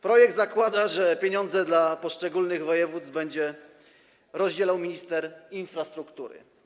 Projekt zakłada, że pieniądze dla poszczególnych województw będzie rozdzielał minister infrastruktury.